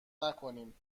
نکنیم